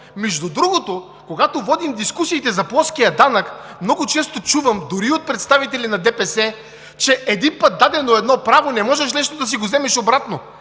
Между другото, когато водим дискусиите за плоския данък много често чувам, дори и от представители на ДПС, че един път дадено едно право не можеш да си го вземеш обратно.